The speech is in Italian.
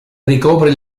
ricopre